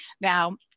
now